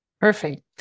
perfect